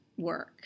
work